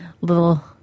little